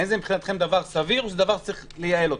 האם זה מבחינתכם דבר סביר או שזה דבר שצריך לייעל אותו?